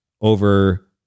Over